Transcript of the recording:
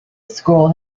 school